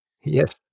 Yes